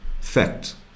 fact